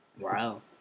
Wow